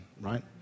right